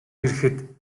ирэхэд